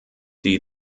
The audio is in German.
die